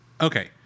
okay